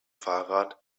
fahrrad